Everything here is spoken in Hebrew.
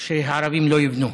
שהערבים לא יבנו,